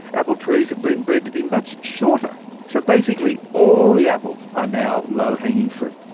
apple trees have been bred to be much shorter so basically all the apples are now low-hanging fruit.